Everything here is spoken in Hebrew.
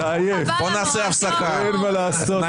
הצבעה לא אושרה נפל.